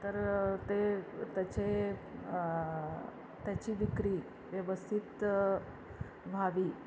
तर ते त्याचे त्याची विक्री व्यवस्थित व्हावी